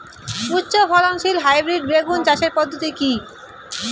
উচ্চ ফলনশীল হাইব্রিড বেগুন চাষের পদ্ধতি কী?